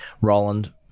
Roland